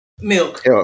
Milk